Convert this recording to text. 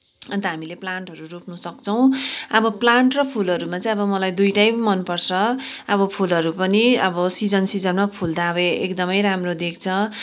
अन्त हामीले प्लान्टहरू रोप्नसक्छौँ अब प्लान्ट र फुलहरूमा चाहिँ अब मलाई दुईवटै मनपर्छ अब फुलहरू पनि अब सिजन सिजनमा फुल्दा अब एकदमै राम्रो देख्छ